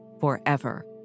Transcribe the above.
forever